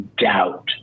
doubt